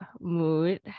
mood